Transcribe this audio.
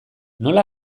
nola